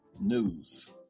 news